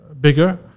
bigger